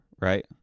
right